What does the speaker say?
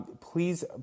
Please